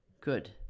Good